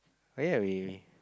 oh ya we we